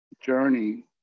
journey